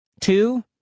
Two